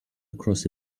across